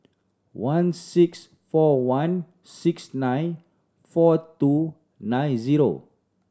one six four one six nine four two nine zero